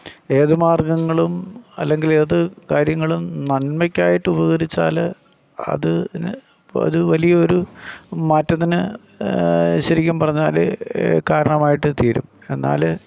ഏതു മാർഗ്ഗങ്ങളും അല്ലെങ്കിൽ ഏത് കാര്യങ്ങളും നന്മയ്ക്കായിട്ട് ഉപകരിച്ചാൽ അതിന് ഇപ്പോൾ ഒരു വലിയ ഒരു മാറ്റത്തിന് ശരിക്കും പറഞ്ഞാൽ കാരണമായിട്ട് തീരും എന്നാൽ